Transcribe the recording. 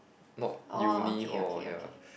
not uni hall ya